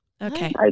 okay